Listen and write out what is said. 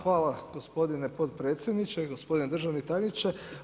Hvala gospodine potpredsjedniče, gospodine državni tajniče.